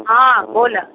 हँ बोलऽ